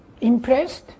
impressed